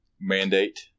mandate